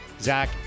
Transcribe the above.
Zach